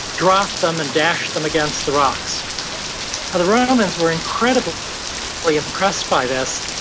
drop them and dash them against the rocks now, the romans were incredibly like impressed by this,